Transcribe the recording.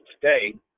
today